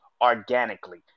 organically